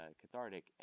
cathartic